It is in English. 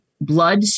blood